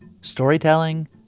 storytelling